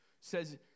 says